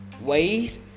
ways